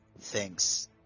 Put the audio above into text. thanks